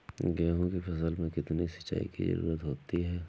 गेहूँ की फसल में कितनी सिंचाई की जरूरत होती है?